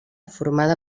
formada